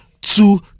two